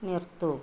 നിർത്തൂ